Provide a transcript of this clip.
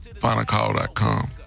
FinalCall.com